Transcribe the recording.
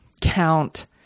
count